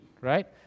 right